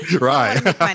Right